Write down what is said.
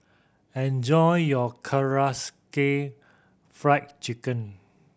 enjoy your Karaage Fried Chicken